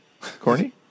corny